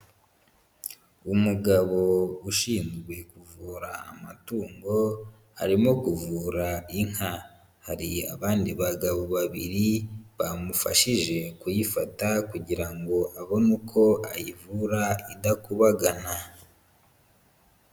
Umugabo ushinzwe kuvura amatungo arimo kuvura inka. Hari abandi bagabo babiri bamufashije kuyifata kugira ngo abone uko ayivura idakubagana.